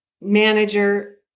manager